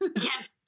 Yes